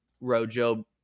Rojo